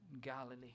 Galilee